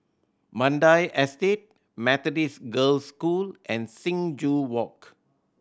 Mandai Estate Methodist Girls' School and Sing Joo Walk